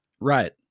Right